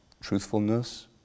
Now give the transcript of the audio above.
truthfulness